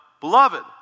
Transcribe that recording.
Beloved